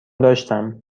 داشتم